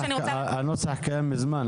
הנוסח קיים מזמן.